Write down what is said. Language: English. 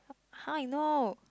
how I know